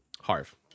Harv